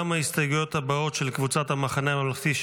ההסתייגויות הבאות של קבוצת המחנה הממלכתי,